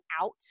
out